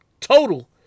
total